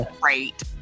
great